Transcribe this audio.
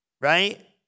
right